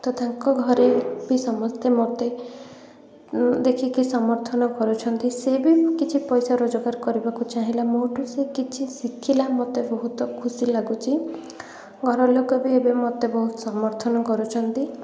ତ ତାଙ୍କ ଘରେ ବି ସମସ୍ତେ ମୋତେ ଦେଖିକି ସମର୍ଥନ କରୁଛନ୍ତି ସେ ବି କିଛି ପଇସା ରୋଜଗାର କରିବାକୁ ଚାହିଁଲା ମୋଠୁ ସେ କିଛି ଶିଖିଲା ମୋତେ ବହୁତ ଖୁସି ଲାଗୁଛି ଘର ଲୋକ ବି ମୋତେ ଏବେ ବହୁତ ସମର୍ଥନ କରୁଛନ୍ତି